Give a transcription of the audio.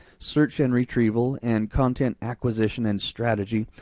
search and retrieval, and content acquisition and strategy.